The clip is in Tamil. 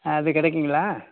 அது கிடைக்குங்களா